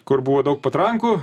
kur buvo daug patrankų